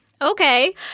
Okay